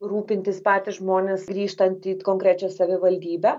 rūpintis patys žmonės grįžtant į konkrečią savivaldybę